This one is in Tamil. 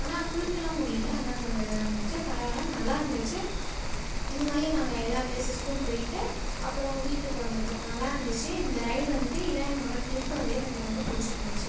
ஆனால் குளிக்கலாம் முடியலை அதுதான் கொஞ்சம் இதாக இருந்துச்சு பரவாயில்ல நல்லா இருந்துச்சு இந்த மாதிரி நாங்கள் எல்லாம் ப்ளேஸஸ்க்கும் போயிட்டு அப்புறம் வீட்டுக்கு வந்துவிட்டோம் நல்லா இருந்துச்சு இந்த ரைட் வந்துட்டு இதுதான் என்னோடய ட்ரிப் வந்து எனக்கு ரொம்ப பிடிச்சிருந்துச்சு